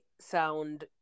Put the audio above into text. sound